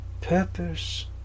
purpose